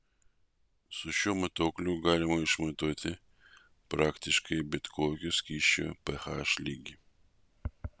su šiuo matuokliu galima išmatuoti praktiškai bet kokio skysčio ph lygį